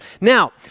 Now